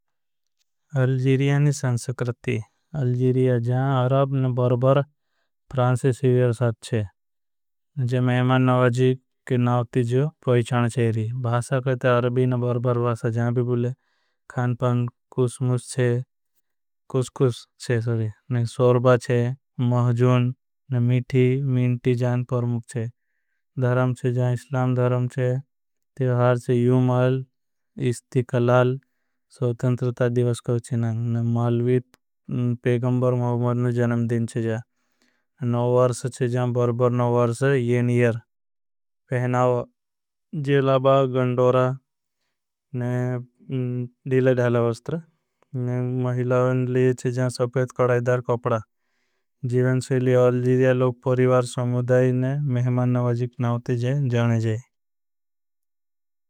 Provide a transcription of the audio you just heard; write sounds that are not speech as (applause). अलजीरिया संस्कृती अलजीरिया जहां अरब न बरबर फ्रांसे। सिवियर साथ छे महेमान नवाजीक के नावती जियो पहिछन। छेरी भासा कहते है अरबी न बरबर भाषा जहां भी बुले खानपान। कुषमुष छे कुषकुष छे सोरी सोरबा छे मिठी मिंटी जहां परमुख। छे धराम छे इसलाम धराम छे तेहार छे यूमाल इस्तिकलाल। सवतंत्रता दिवसकवचिना मालवीत पेगंबर महमर न जनम दिन। छे जहां नौ वर्स छे जहां बरबर नौ (hesitation) वर्स येन यर। जिलाबा गंडोरा (hesitation) दिले धला वस्त्र लिये छे जहां। सपेद कड़ाइदार कपड़ा जीवन सेलिया अलजीरिय लोग पोरिवार। समुदाई न मेहमान न वाजिक नावते जे जाने जे।